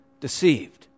deceived